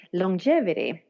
longevity